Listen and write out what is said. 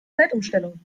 zeitumstellung